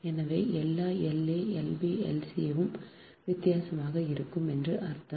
எனவே எல்லா L a L b L c யும் வித்தியாசமாக இருக்கும் என்று அர்த்தம்